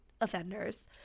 offenders